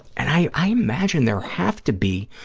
and i i imagine there have to be